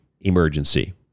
emergency